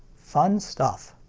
fun stuff.